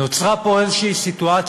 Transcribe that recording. נוצרה פה איזו סיטואציה,